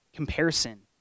comparison